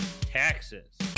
taxes